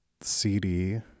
CD